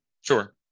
Sure